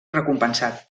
recompensat